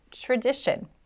tradition